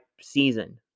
season